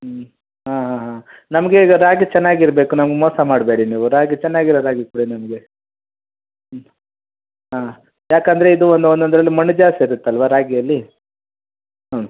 ಹ್ಞೂ ಹಾಂ ಹಾಂ ಹಾಂ ನಮಗೆ ಈಗ ರಾಗಿ ಚೆನ್ನಾಗಿರ್ಬೇಕು ನಮ್ಗೆ ಮೋಸ ಮಾಡಬೇಡಿ ನೀವು ರಾಗಿ ಚೆನ್ನಾಗಿರೋ ರಾಗಿ ಕೊಡಿ ನಮಗೆ ಹ್ಞೂ ಹಾಂ ಯಾಕಂದರೆ ಇದು ಒನ್ ಒನೊಂದ್ರಲ್ಲಿ ಮಣ್ಣು ಜಾಸ್ತಿ ಇರುತ್ತಲ್ವಾ ರಾಗಿಯಲ್ಲಿ ಹ್ಞೂ